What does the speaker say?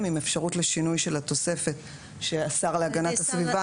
עם אפשרות לשינוי של התוספת שהשר להגנת הסביבה,